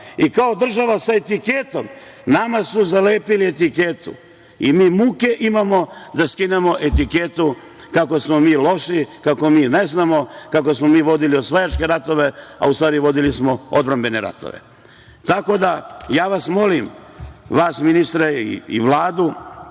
i kao država sa etiketom. Nama su zalepili etiketu i mi muke imamo da skinemo etiketu, kako smo mi loši, kako mi ne znamo, kako smo mi vodili osvajačke ratove, a u stvari vodili smo odbrambene ratove. Tako da, ja vas molim, vas ministre i Vladu,